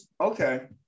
Okay